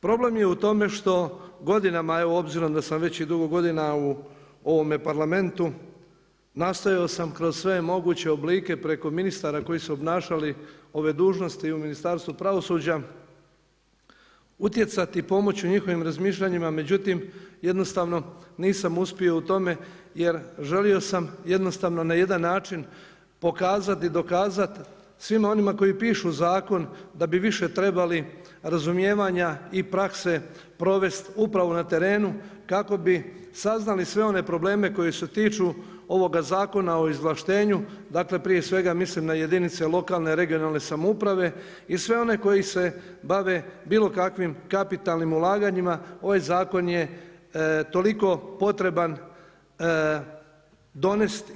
Problem je u tome što godinama, evo obzirom da sam već i dugo godina u ovome Parlamentu, nastojao sam kroz sve moguće oblike preko ministara koji su obnašali ove dužnosti i u Ministarstvu pravosuđa utjecati i pomoći u njihovim razmišljanjima, međutim, nisam uspio u tome jer želio sam jednostavno na jedan način pokazati i dokazati svima onima koji pišu zakon da bi više trebali razumijevanja i prakse provesti upravo na terenu kako bi saznali sve one probleme koji se tiču ovoga Zakona o izvlaštenju, dakle prije svega mislim na jedinice lokalne, regionalne samouprave i sve one koji se bave bilo kakvim kapitalnim ulaganjima, ovaj zakon je toliko potreban donesti.